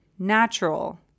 Natural